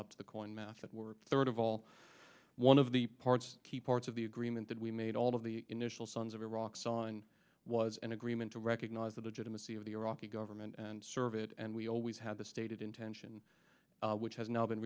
up to the coin match that were third of all one of the parts key parts of the agreement that we made all of the initial sons of iraq sign was an agreement to recognize the legitimacy of the iraqi government and serve it and we always had the stated intention which has now been